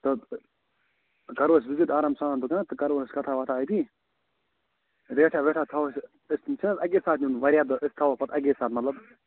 تہٕ کَرو أسۍ وِزِٹ آرام سان دُکان تہٕ کَرو أسۍ کتھا وَتھا أتی ریٹھا ویٹھا تھاوو أسۍ یِم چھِنہٕ حظ اَکے ساتہٕ نیُن وارِیاہ دۅہ أسۍ تھاوو پتہٕ اَکے ساتہٕ مطلب